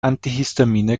antihistamine